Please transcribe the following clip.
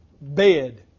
bed